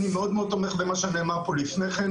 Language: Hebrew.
אני מאוד תומך במה שנאמר פה לפני כן.